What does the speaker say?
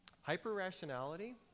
Hyper-rationality